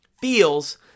feels